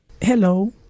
hello